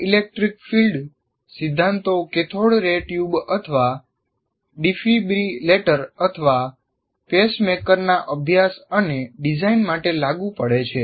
આ electric field સિદ્ધાંતો cathode ray tube અથવા ડિફિબ્રિલેટર અથવા પેસમેકરના અભ્યાસ અને ડિઝાઇન માટે લાગુ પડે છે